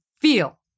feel